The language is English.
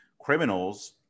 criminals